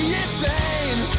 insane